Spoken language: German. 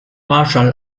marschall